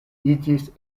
iĝis